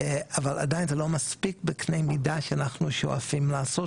אבל עדיין זה לא מספיק בקנה מידה שאנחנו שואפים לעשות